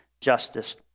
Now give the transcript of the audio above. justice